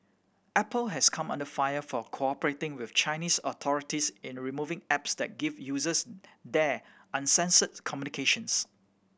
Apple has come under fire for cooperating with Chinese authorities in removing apps that give users there uncensored communications